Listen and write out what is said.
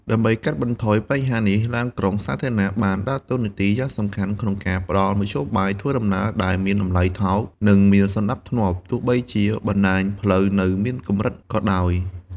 ដើម្បីកាត់បន្ថយបញ្ហានេះ ឡានក្រុងសាធារណៈ បានដើរតួនាទីយ៉ាងសំខាន់ក្នុងការផ្តល់មធ្យោបាយធ្វើដំណើរដែលមានតម្លៃថោក និងមានសណ្តាប់ធ្នាប់ ទោះបីជាបណ្ដាញផ្លូវនៅមានកម្រិតក៏ដោយ។